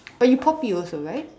but you poppy also right